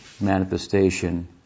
manifestation